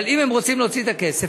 אבל אם הם רוצים להוציא את הכסף,